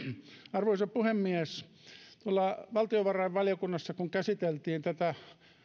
arvoisa puhemies kun tuolla valtiovarainvaliokunnassa käsiteltiin tätä